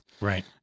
Right